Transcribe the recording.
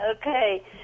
Okay